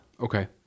Okay